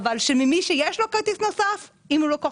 מי שיש לו כרטיס נוסף, אם הוא לקוח